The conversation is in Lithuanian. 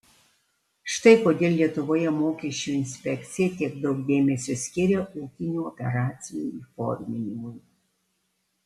štai kodėl lietuvoje mokesčių inspekcija tiek daug dėmesio skiria ūkinių operacijų įforminimui